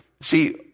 See